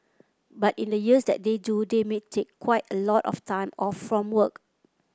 but in the years that they do they may take quite a lot of time off from work